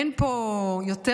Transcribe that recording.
יש פה הרבה אימהות.